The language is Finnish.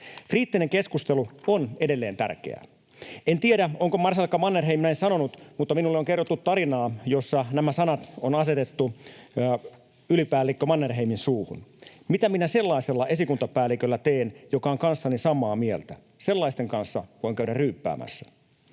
Kriittinen keskustelu on edelleen tärkeää. En tiedä, onko marsalkka Mannerheim näin sanonut, mutta minulle on kerrottu tarinaa, jossa nämä sanat on asetettu ylipäällikkö Mannerheimin suuhun: ”Mitä minä sellaisella esikuntapäälliköllä teen, joka on kanssani samaa mieltä? Sellaisten kanssa voin käydä ryyppäämässä.”